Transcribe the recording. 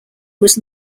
was